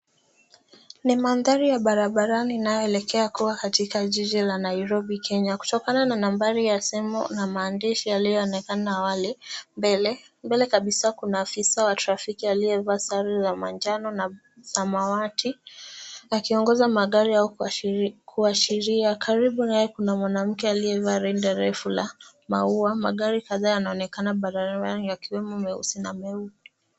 Ni mandhari ya barabarani inayoelekea kuwa katika jiji la Nairobi, Kenya kutokana na nambari ya simu na maandishi yaliyoonekana mbele. Mbele kabisa kuna afisa wa trafiki aliyevaa sare za manjano na samawati, akiongoza magari au kuashiria. Karibu naye kuna mwanamke aliyevaa rinda refu la maua. Magari kadhaa yanaonekana barabarani yakiwemo meusi na meupe.